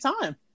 time